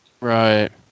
right